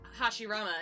Hashirama